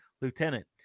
Lieutenant